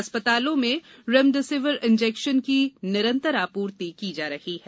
अस्पतालों में remdesivir injection की निरंतर आपूर्ति की जा रही है